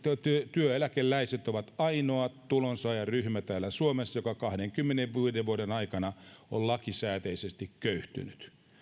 työeläkeläiset ovat ainoa tulonsaajaryhmä täällä suomessa joka kahdenkymmenenviiden vuoden aikana on lakisääteisesti köyhtynyt